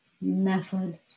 method